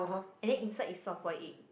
and then inside is soft boiled egg